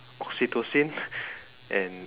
oxytocin and